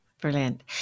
Brilliant